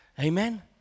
Amen